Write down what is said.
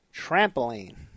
trampoline